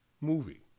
Movie